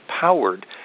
powered